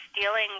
dealing